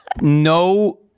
no